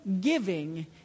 giving